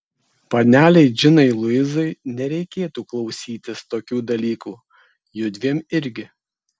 panelei džinai luizai nereikėtų klausytis tokių dalykų judviem irgi